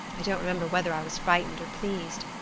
i don't remember whether i was frightened or pleased.